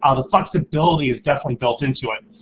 ah the flexibility is definitely built into it.